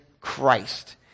Christ